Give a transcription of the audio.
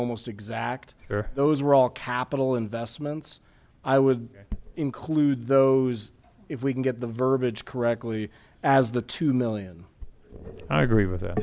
almost exact there those were all capital investments i would include those if we can get the verbiage correctly as the two million i agree with tha